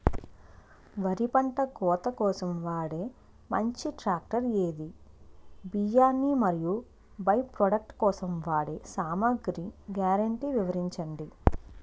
వరి పంట కోత కోసం వాడే మంచి ట్రాక్టర్ ఏది? బియ్యాన్ని మరియు బై ప్రొడక్ట్ కోసం వాడే సామాగ్రి గ్యారంటీ వివరించండి?